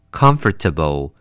comfortable